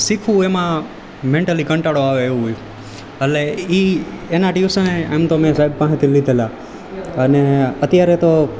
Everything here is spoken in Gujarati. શીખવું એમાં મેન્ટલી કંટાળો આવે એવું એટલે ઈ એના ટ્યુશન આમ તો મેં સાહેબ પાસેથી લીધેલાં અને અત્યારે તો